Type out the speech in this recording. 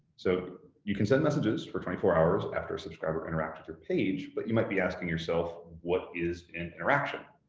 so you can send messages for twenty four hours after a subscriber interacts with your page, but you might be asking yourself what is and interaction?